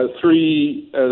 three